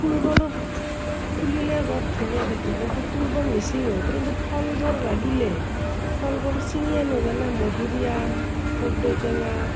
ফুলবোৰ ফুলিলে বৰ ধুনীয়া দেখি কিন্তু ফুলবোৰ নিছিঙো কিন্তু ফলবোৰ লাগিলে ফলবোৰ ছিঙি আনো যেনে মধুৰীআম কৰ্দৈ টেঙা